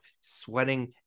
sweating